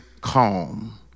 calm